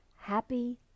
Happy